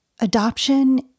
Adoption